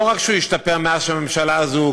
לא רק שהוא לא השתפר מאז הוקמה הממשלה הזו,